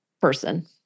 person